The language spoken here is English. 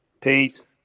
Peace